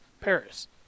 Paris